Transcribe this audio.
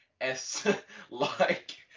S-like